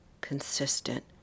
consistent